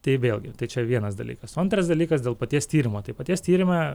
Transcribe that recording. tai vėlgi tai čia vienas dalykas o antras dalykas dėl paties tyrimo tai paties tyrime